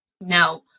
No